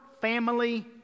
family